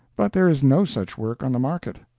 but there is no such work on the market.